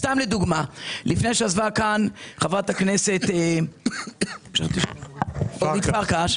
לפני שעזבה חברת הכנסת אורית פרקש,